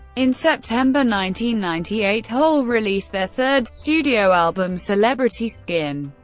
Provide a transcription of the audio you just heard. in september ninety ninety eight, hole released their third studio album, celebrity skin,